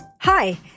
Hi